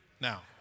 Now